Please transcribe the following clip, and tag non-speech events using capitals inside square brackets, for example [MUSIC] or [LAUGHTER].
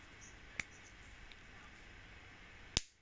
[NOISE]